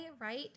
right